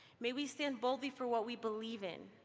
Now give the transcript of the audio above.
may we stand boldly for what we believe in,